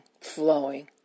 flowing